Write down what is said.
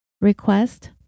Request